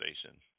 station